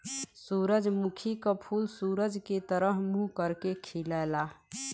सूरजमुखी क फूल सूरज के तरफ मुंह करके खिलला